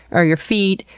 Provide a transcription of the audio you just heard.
or your feet,